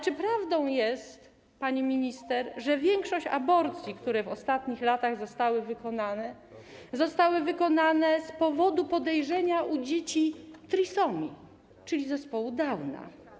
Czy prawdą jest, pani minister, że większość aborcji, które w ostatnich latach zostały wykonane, wykonano z powodu podejrzenia u dzieci trisomii, czyli zespołu Downa?